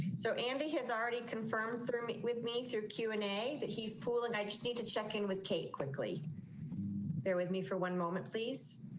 so andy has already confirmed through me with me through q amp. and a that he's pool and i just need to check in with cake quickly there with me for one moment please.